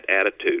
attitude